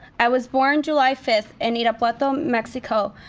i was born july fifth in irapuato, mexico.